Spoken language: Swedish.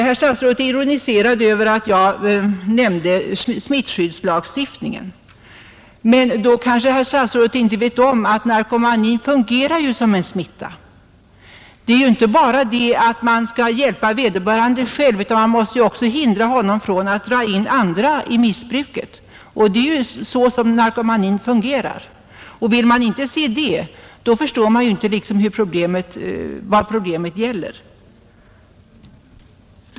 Herr statsrådet ironiserade över att jag nämnde smittskyddslagstiftningen. Men det kanske beror på att statsrådet inte är medveten om att narkomanin fungerar som en smitta. Det är ju inte bara så, att man skall hjälpa vederbörande själv, utan man måste också hindra honom ifrån att dra in andra i missbruket. Det är ju så som narkomanin fungerar. Vill man inte inse det förstår man inte vad problemet gäller.